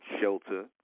shelter